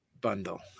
bundle